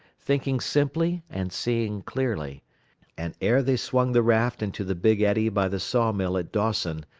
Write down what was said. thinking simply and seeing clearly and ere they swung the raft into the big eddy by the saw-mill at dawson,